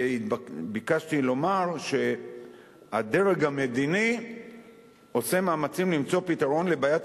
ביקשתי לומר שהדרג המדיני עושה מאמצים למצוא פתרון לבעיית